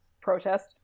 protest